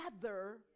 together